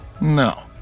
No